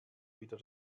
wieder